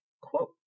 quote